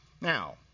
Now